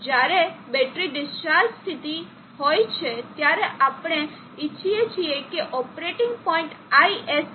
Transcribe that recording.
તો જ્યારે battery discharge સ્થિતિ હેઠળ હોય ત્યારે આપણે ઈચ્છીએ છીએ કે ઓપરેટિંગ પોઇન્ટ ISC લાઇનની નજીક હોઇ